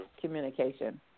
communication